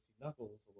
Knuckles